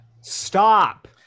Stop